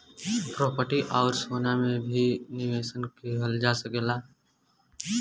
property आउर सोना में भी निवेश किहल जा सकला